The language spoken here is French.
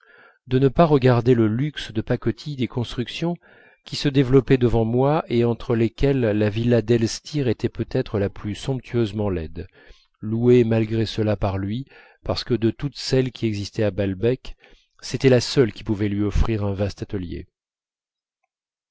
de ne pas regarder le luxe de pacotille des constructions qui se développaient devant moi et entre lesquelles la villa d'elstir était peut-être la plus somptueusement laide louée malgré cela par lui parce que de toutes celles qui existaient à balbec c'était la seule qui pouvait lui offrir un vaste atelier